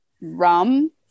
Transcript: rum